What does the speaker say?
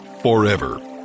forever